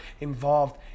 involved